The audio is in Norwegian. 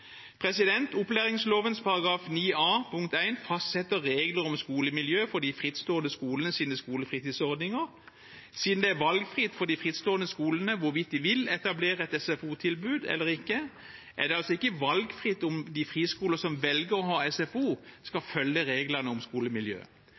fastsetter regler om skolemiljø for de frittstående skolenes skolefritidsordninger. Selv om det er valgfritt for de frittstående skolene hvorvidt de vil etablere et SFO-tilbud eller ikke, er det altså ikke valgfritt om de friskolene som velger å ha SFO, skal